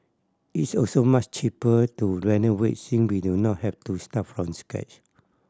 it's also much cheaper to renovate since we do not have to start from scratch